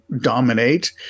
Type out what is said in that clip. dominate